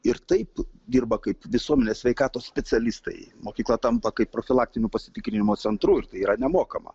ir taip dirba kaip visuomenės sveikatos specialistai mokykla tampa kaip profilaktinio pasitikrinimo centru ir tai yra nemokama